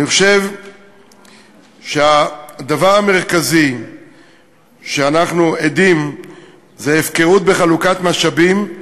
אני חושב שהדבר המרכזי שאנחנו עדים לו זה הפקרות בחלוקת משאבים,